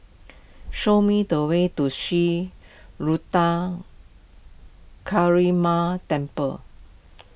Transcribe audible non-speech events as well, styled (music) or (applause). show me the way to Sri Ruthra (unintelligible) Temple